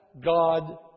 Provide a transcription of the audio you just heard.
God